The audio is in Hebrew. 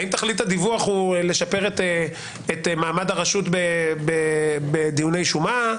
האם תכלית הדיווח היא לשפר את מעמד הרשות בדיוני השומה?